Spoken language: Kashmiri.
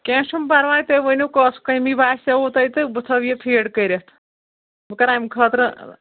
کیٚنٛہہ چھُنہٕ پَرواے تُہۍ ؤنِو کۄس کٔمی باسیووُ تۄہہِ تہٕ بہٕ تھاوٕ یہِ فیٖڈ کٔرِتھ بہٕ کرٕ اَمہِ خٲطرٕ